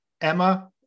Emma